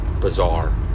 bizarre